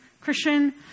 Christian